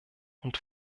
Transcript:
und